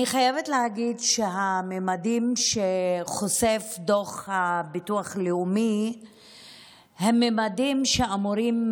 אני חייבת להגיד שהממדים שחושף דוח הביטוח הלאומי הם ממדים שאמורים